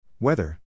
Weather